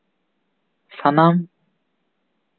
ᱥᱟᱱᱟᱢ